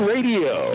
Radio